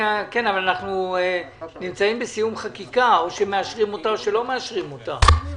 לפי סעיף 40ה לחוק הפיקוח על שירותים פיננסיים,